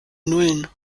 nullen